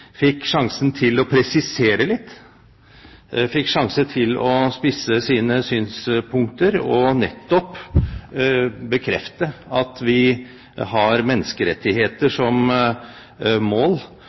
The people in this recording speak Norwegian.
fikk sjansen til å presisere litt, fikk sjansen til å spisse sine synspunkter og bekrefte at vi har menneskerettigheter